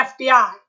FBI